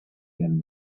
them